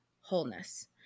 wholeness